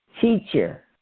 teacher